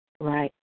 Right